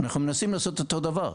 אנחנו מנסים לעשות אותו דבר.